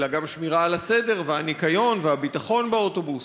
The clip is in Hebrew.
אלא גם שמירה על הסדר והניקיון והביטחון באוטובוס.